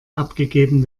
abgegeben